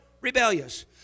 rebellious